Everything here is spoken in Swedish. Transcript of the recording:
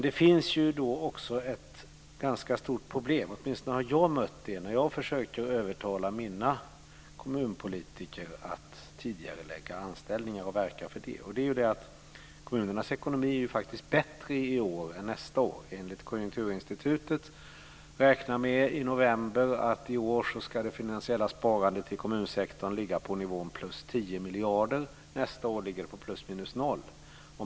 Det finns också ett ganska stort problem, som jag har mött när jag försöker övertala mina kommunpolitiker att verka för att tidigarelägga anställningar. Kommunernas ekonomi är bättre i år än nästa år. Konjunkturinstitutet räknade i november med att det finansiella sparandet i kommunsektorn i år kommer att ligga på nivån plus 10 miljarder. Nästa år ligger det på plus minus noll.